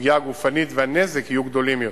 הפגיעה הגופנית והנזק יהיו גדולים יותר.